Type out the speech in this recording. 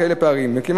בפערים כאלה.